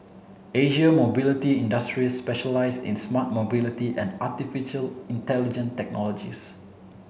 Asia Mobility Industries specializes in smart mobility and artificial intelligent technologies